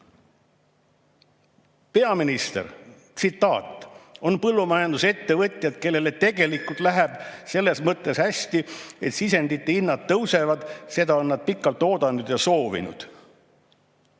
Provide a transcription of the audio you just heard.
Peaministri tsitaat: " On põllumajandusettevõtjad, kellel tegelikult läheb selles mõttes hästi, et sisendite hinnad on tõusnud, mida nad on pikalt oodanud ja soovinud